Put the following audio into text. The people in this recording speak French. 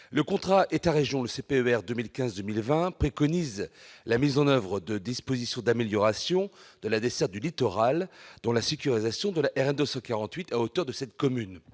de plan État-région 2015-2020 préconise la mise en oeuvre de dispositifs d'amélioration de la desserte du littoral, dont la sécurisation de la RN 248, à hauteur de la commune.